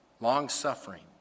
long-suffering